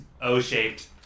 O-shaped